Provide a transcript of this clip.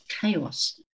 chaos